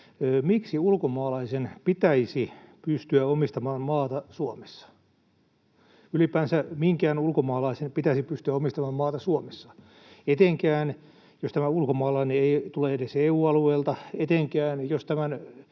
miksi ulkomaalaisen pitäisi pystyä omistamaan maata Suomessa, ylipäänsä minkään ulkomaalaisen pitäisi pystyä omistamaan maata Suomessa — etenkään, jos tämä ulkomaalainen ei tule edes EU-alueelta, etenkään, jos tämän